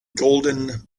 golden